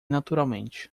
naturalmente